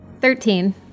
Thirteen